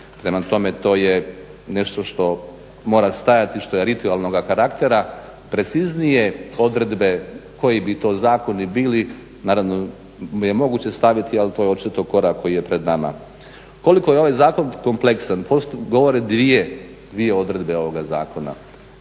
Prema tome, to je nešto što mora stajati i što je ritualnoga karaktera. Preciznije odredbe koji bi to zakoni bili naravno je moguće staviti, ali to je očito korak koji je pred nama. Koliko je ovaj zakon kompleksan govore dvije odredbe ovoga zakona